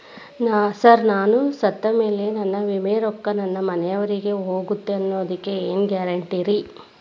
Sir ನಾನು ಸತ್ತಮೇಲೆ ನನ್ನ ವಿಮೆ ರೊಕ್ಕಾ ನನ್ನ ಮನೆಯವರಿಗಿ ಹೋಗುತ್ತಾ ಅನ್ನೊದಕ್ಕೆ ಏನ್ ಗ್ಯಾರಂಟಿ ರೇ?